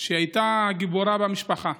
שהייתה גיבורה במשפחה,